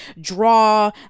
draw